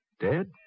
dead